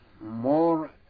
more